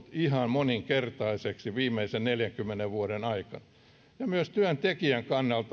moninkertaiseksi viimeisen neljänkymmenen vuoden aikana myös työntekijän kannalta on tietyissä tilanteissa suunnilleen